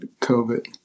COVID